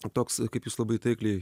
toks kaip jūs labai taikliai